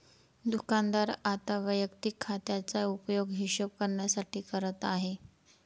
दुकानदार आता वैयक्तिक खात्याचा उपयोग हिशोब करण्यासाठी करत आहे